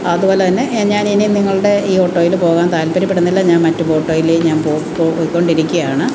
അതുപോലെതന്നെ ഞാനിനി നിങ്ങളുടെ ഈ ഓട്ടോയിൽ പോവാൻ താല്പ്പര്യപ്പെടുന്നില്ല ഞാൻ മറ്റു ഓട്ടോയിലെ ഞാൻ പോയിക്കൊണ്ടിരിക്കുകയാണ്